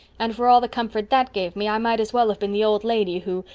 and for all the comfort that gave me i might as well have been the old lady who,